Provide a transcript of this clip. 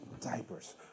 diapers